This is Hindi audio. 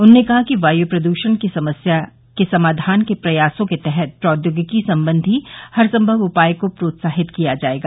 उन्होंने कहा कि वायु प्रदृषण की समस्या के समाधान के प्रयासों के तहत प्रौद्योगिकी संबंधी हर संभव उपाय को प्रोत्साहित किया जाएगा